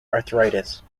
arthritis